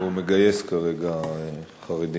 הוא מגייס כרגע חרדים.